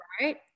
right